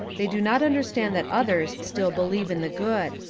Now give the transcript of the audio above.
they do not understand that others still believe in the good.